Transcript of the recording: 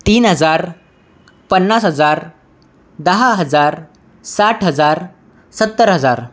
तीन हजार पन्नास हजार दहा हजार साठ हजार सत्तर हजार